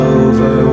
over